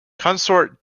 consort